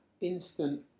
instant